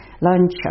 lunch